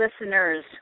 listeners